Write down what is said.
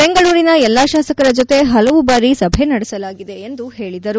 ಬೆಂಗಳೂರಿನ ಎಲ್ಲ ಶಾಸಕರ ಜೊತೆ ಹಲವು ಬಾರಿ ಸಭೆ ನಡೆಸಲಾಗಿದೆ ಎಂದು ಹೇಳಿದರು